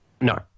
No